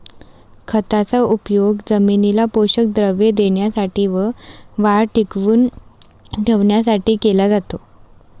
खताचा उपयोग जमिनीला पोषक द्रव्ये देण्यासाठी व वाढ टिकवून ठेवण्यासाठी केला जातो